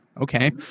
okay